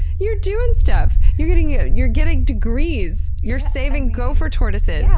you're doing stuff! you're getting yeah you're getting degrees! you're saving gopher tortoises! yeah